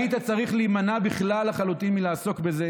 היית צריך להימנע בכלל לחלוטין מלעסוק בזה